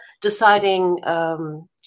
deciding